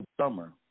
summer